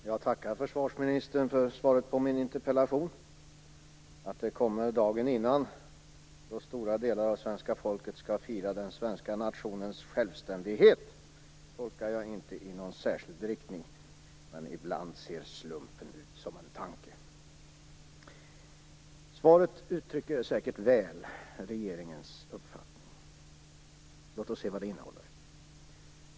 Herr talman! Jag tackar försvarsministern för svaret på min interpellation. Att svaret kommer dagen innan stora delar av svenska folket skall fira den svenska nationens självständighet tolkar jag inte i någon särskild riktning. Men ibland ser slumpen ut som en tanke. Svaret uttrycker säkert väl regeringens uppfattning. Låt oss se vad det innehåller.